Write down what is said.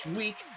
week